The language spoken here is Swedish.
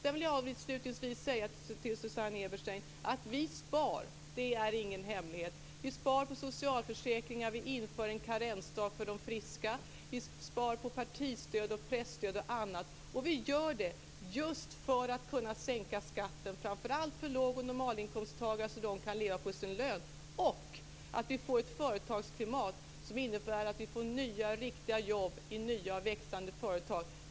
Avslutningsvis vill jag säga till Susanne Eberstein: Vi spar - och det är ingen hemlighet - på socialförsäkringar, vi inför en karensdag för de friska, vi spar på partistöd, presstöd och annat. Och det gör vi just för att kunna sänka skatten, framför allt för låg och normalinkomsttagare så att de kan leva på sin lön. Dessutom vill vi ha ett företagsklimat som innebär att vi får nya, riktiga jobb i nya, växande företag.